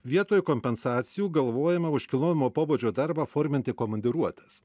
vietoj kompensacijų galvojama už kilnojimo pobūdžio darbą forminti komandiruotes